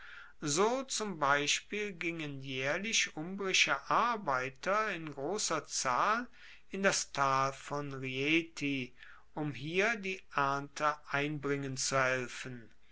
so zum beispiel gingen jaehrlich umbrische arbeiter in grosser zahl in das tal von rieti um hier die ernte einbringen zu helfen